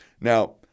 Now